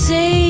Say